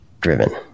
driven